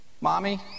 Mommy